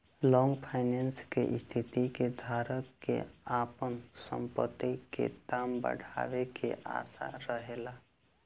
long finance के स्थिति में धारक के आपन संपत्ति के दाम के बढ़ावे के आशा रहेला